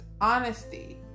honesty